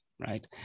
right